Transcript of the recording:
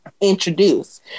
introduce